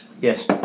Yes